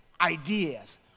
ideas